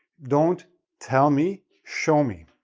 don't tell me, show me.